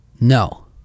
No